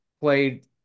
played